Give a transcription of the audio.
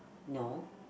no